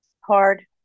Hard